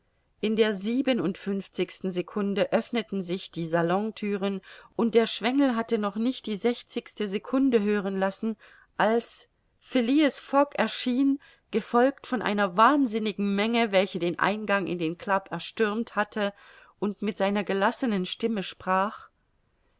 in der siebenundfünfzigsten secunde öffneten sich die salonthüren und der schwengel hatte noch nicht die sechzigste secunde hören lassen als phileas fogg erschien gefolgt von einer wahnsinnigen menge welche den eingang in den club erstürmt hatte und mit seiner gelassenen stimme sprach